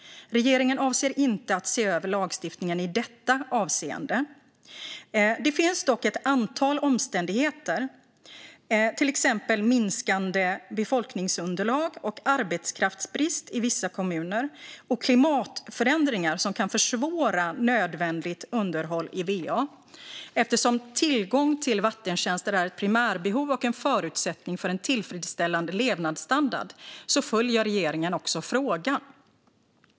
Regeringen avser inte att se över lagstiftningen i detta avseende. Det finns dock ett antal omständigheter, till exempel minskande befolkningsunderlag och arbetskraftsbrist i vissa kommuner samt klimatförändringar, som kan försvåra nödvändigt underhåll i va. Eftersom tillgång till vattentjänster är ett primärbehov och en förutsättning för en tillfredsställande levnadsstandard följer regeringen frågan.